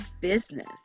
business